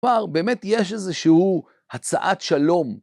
פער, באמת יש איזה שהוא הצעת שלום.